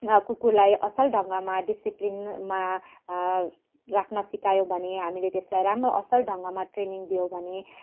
कुकुरलाई असल ढङ्गमा डिसिप्लिनमा राख्न सिकायो भने हामीले त्यसलाई राम्रो असल ढङ्गमा ट्रेनिङ दियो भने